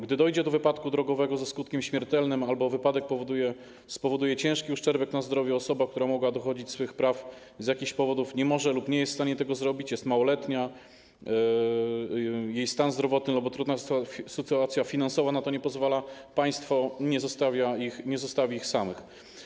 Gdy dojdzie do wypadku drogowego ze skutkiem śmiertelnym albo wypadek spowoduje ciężki uszczerbek na zdrowiu, a osoba, która by mogła dochodzić swych praw, z jakichś powodów nie może lub nie jest w stanie tego zrobić - jest małoletnia, jej stan zdrowotny albo trudna sytuacja finansowa na to nie pozwalają - państwo nie zostawi takich osób samych.